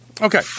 Okay